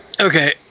okay